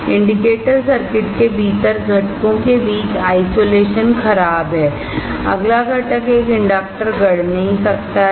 integrated circuit के भीतर घटकों के बीच आइसोलेशन खराब है अगला है घटक जैसे इंडक्टर गढ़ नहीं सकते हैं